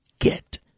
get